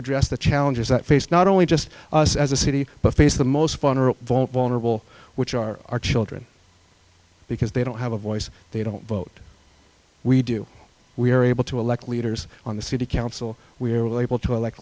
address the challenges that face not only just us as a city but face the most fun or vulnerable which are our children because they don't have a voice they don't vote we do we are able to elect leaders on the city council we will able to elect